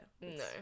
no